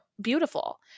beautiful